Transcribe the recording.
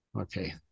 okay